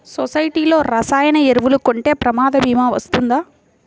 సొసైటీలో రసాయన ఎరువులు కొంటే ప్రమాద భీమా వస్తుందా?